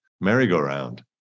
merry-go-round